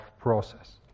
process